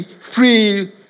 free